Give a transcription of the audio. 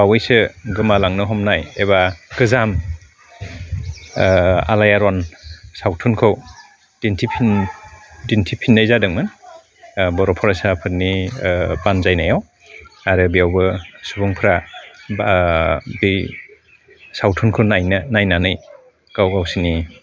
बावैसो गोमालांनो हमनाय एबा गोजाम आलाय आरन सावथुनखौ दिन्थिफुं दिन्थिफिननाय जादोंमोन बर' फरायसाफोरनि बानजायनायाव आरो बेयावबो सुबुंफ्रा बै सावथुनखौ नायनो नायनानै गाव गासिनि